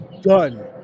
done